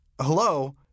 hello